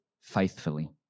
faithfully